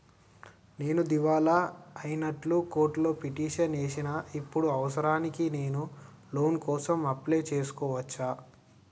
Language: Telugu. నేను దివాలా అయినట్లు కోర్టులో పిటిషన్ ఏశిన ఇప్పుడు అవసరానికి నేను లోన్ కోసం అప్లయ్ చేస్కోవచ్చా?